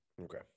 Okay